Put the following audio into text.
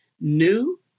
new